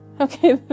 Okay